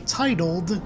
titled